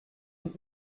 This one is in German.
und